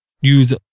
use